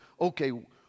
Okay